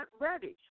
ready